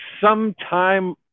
Sometime